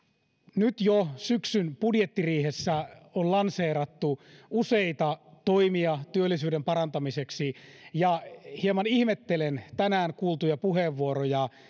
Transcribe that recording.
nyt jo syksyn budjettiriihessä on lanseerattu useita toimia työllisyyden parantamiseksi hieman ihmettelen tänään kuultuja puheenvuoroja